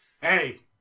Hey